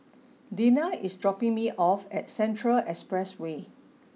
Deena is dropping me off at Central Expressway